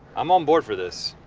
i'm on board for this.